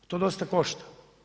To dosta košta.